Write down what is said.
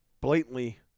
blatantly